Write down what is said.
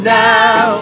now